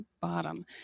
bottom